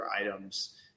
items